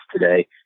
today